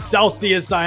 Celsius